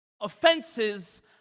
Offenses